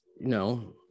No